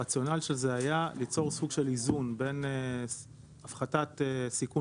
הרציונל של זה היה ליצור סוג של איזון בין הפחתת סיכון